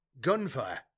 Gunfire